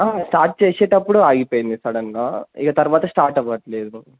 start చేసేటప్పుడు ఆగిపోయింది సడన్గా ఇక తర్వాత స్టార్ట్ అవ్వట్లేదు